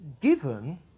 given